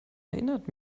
erinnert